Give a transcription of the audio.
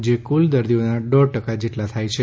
જે કુલ દર્દીઓના દોઢ ટકા જેટલા જ છે